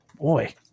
boy